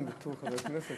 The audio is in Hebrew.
אם בתור חברת הכנסת,